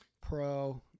Pro